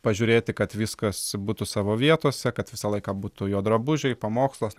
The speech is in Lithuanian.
pažiūrėti kad viskas būtų savo vietose kad visą laiką būtų jo drabužiai pamokslas